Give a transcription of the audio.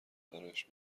برایش